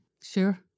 Sure